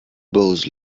both